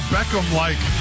Beckham-like